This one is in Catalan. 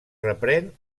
reprèn